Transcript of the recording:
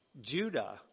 Judah